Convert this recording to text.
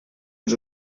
els